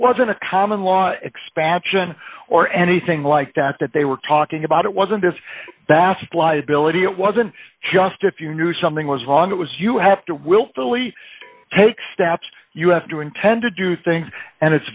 it wasn't a common law expansion or anything like that that they were talking about it wasn't this that's liability it wasn't just if you knew something was wrong it was you have to willfully take steps you have to intend to do things and